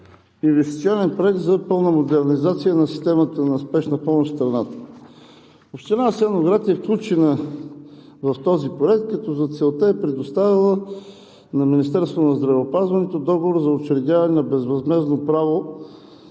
Инвестиционен проект за пълна модернизация на системата на Спешната помощ в страната. Община Асеновград е включена в този проект, като за целта е предоставила на Министерството на здравеопазването Договор за учредяване на безвъзмездно право